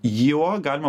juo galima